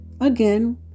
Again